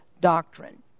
doctrine